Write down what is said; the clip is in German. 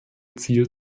ziel